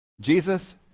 Jesus